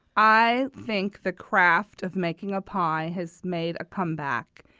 i think the craft of making a pie has made a comeback.